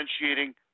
differentiating